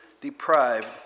deprived